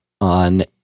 on